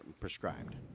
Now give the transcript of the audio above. prescribed